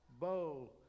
bow